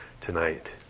tonight